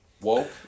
Woke